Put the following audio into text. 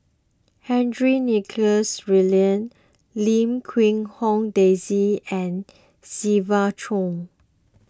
Henry Nicholas Ridley Lim Quee Hong Daisy and Siva Choy